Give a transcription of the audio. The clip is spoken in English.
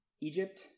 Egypt